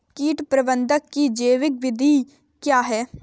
कीट प्रबंधक की जैविक विधि क्या है?